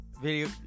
video